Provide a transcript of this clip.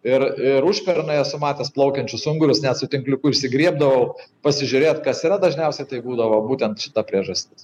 ir ir užpernai esu matęs plaukiančius ungurius net su tinkliuku išsigriebdavau pasižiūrėt kas yra dažniausiai tai būdavo būtent šita priežastis